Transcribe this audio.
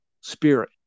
spirit